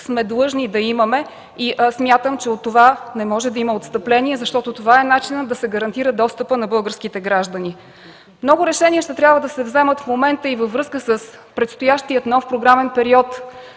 сме длъжни да имаме и смятам, че от това не може да има отстъпление, защото това е начинът да се гарантира достъпът на българските граждани. Много решения ще трябва да се вземат в момента и във връзка с предстоящия нов програмен период.